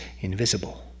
invisible